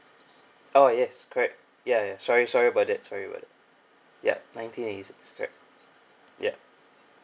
oh yes correct ya ya sorry sorry about that sorry about that yup nineteen eighty correct ya